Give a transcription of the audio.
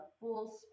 full